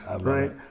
right